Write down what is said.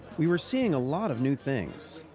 we were seeing a lot of new things.